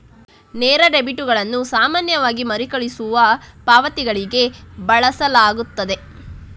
ನೇರ ಡೆಬಿಟುಗಳನ್ನು ಸಾಮಾನ್ಯವಾಗಿ ಮರುಕಳಿಸುವ ಪಾವತಿಗಳಿಗೆ ಬಳಸಲಾಗುತ್ತದೆ